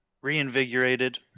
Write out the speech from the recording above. reinvigorated